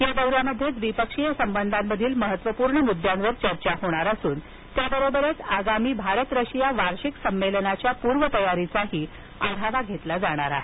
या दौऱ्यामध्ये द्विपक्षीय संबंधांमधील महत्त्वपूर्ण मुद्द्यांवर चर्चा होणार असून त्याबरोबरच आगामी भारत रशिया वार्षिक संमेलनाच्या पूर्वतयारीचाही आढावा घेतला जाणार आहे